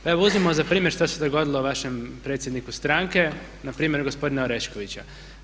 Pa evo uzmimo za primjer što se dogodilo vašem predsjedniku stranke na primjeru gospodina Oreškovića.